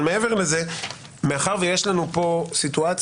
מעבר לזה, מאחר שיש לנו פה סיטואציות,